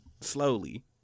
slowly